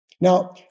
Now